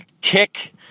kick